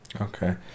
okay